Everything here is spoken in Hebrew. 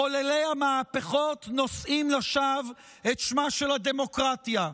מחוללי המהפכות נושאים לשווא את שמה של הדמוקרטיה.